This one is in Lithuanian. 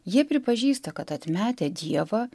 jie pripažįsta kad atmetę dievą